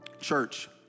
Church